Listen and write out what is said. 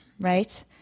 right